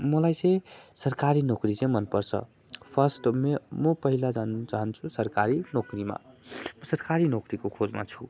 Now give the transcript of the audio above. मलाई चाहिँ सरकारी नोकरी चाहिँ मनपर्छ फर्स्ट हो म पहिला जानु चाहन्छु सरकारी नोकरीमा सरकारी नोकरीको खोजमा छु